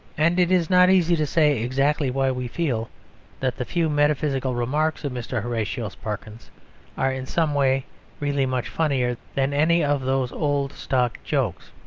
and it is not easy to say exactly why we feel that the few metaphysical remarks of mr. horatio sparkins are in some way really much funnier than any of those old stock jokes.